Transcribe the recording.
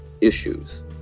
issues